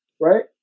right